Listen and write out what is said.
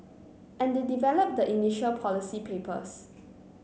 and they develop the initial policy papers